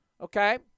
Okay